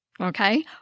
okay